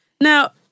Now